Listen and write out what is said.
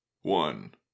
One